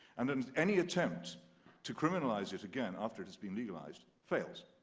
and and any attempt to criminalize it again after it has been legalized, fails.